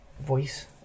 voice